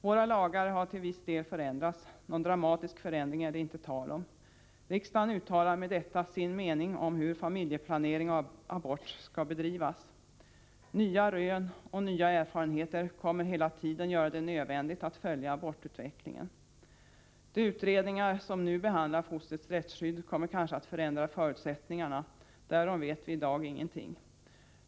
Våra lagar har till viss del förändrats, men någon dramatisk förändring är det inte fråga om. Riksdagen uttalar med dagens beslut sin mening om hur familjeplanering och abort skall bedrivas. Nya rön och nya erfarenheter kommer hela tiden att göra det nödvändigt att följa abortutvecklingen. De utredningar som nu behandlar fostrets rättsskydd kommer kanske att förändra förutsättningarna — därom vet vi i dag ingenting.